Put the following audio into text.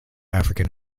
african